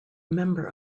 member